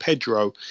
Pedro